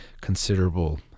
considerable